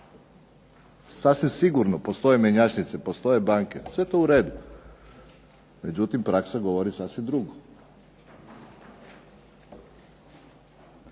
Sasvim sigurno postoje mjenjačnice, postoje banke, sve je to uredu. Međutim, praksa govori sasvim drugo.